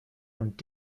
und